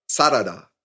sarada